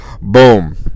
Boom